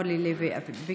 אורלי לוי אבקסיס,